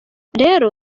rero